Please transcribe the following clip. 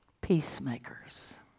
peacemakers